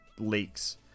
leaks